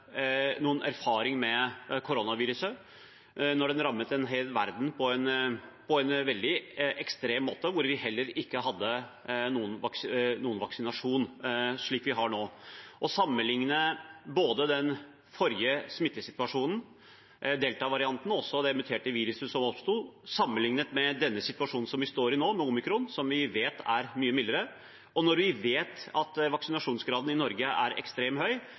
noen erfaring med koronaviruset, da det rammet en hel verden på en veldig ekstrem måte, og da vi heller ikke hadde noen vaksinasjon, slik vi har nå. Den forrige smittesituasjonen, deltavarianten og det muterte viruset som oppsto, og den situasjonen vi står i nå, med omikron – som vi vet er mye mildere – og en vaksinasjonsgrad i Norge som vi vet er ekstremt høy,